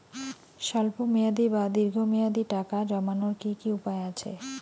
স্বল্প মেয়াদি বা দীর্ঘ মেয়াদি টাকা জমানোর কি কি উপায় আছে?